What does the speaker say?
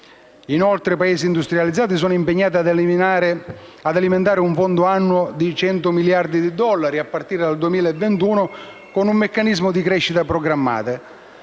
Inoltre, i Paesi industrializzati si sono impegnati ad alimentare un fondo annuo da 100 miliardi di dollari (a partire dal 2021, con un meccanismo di crescita programmata)